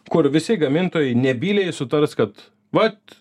kur visi gamintojai nebyliai sutars kad vat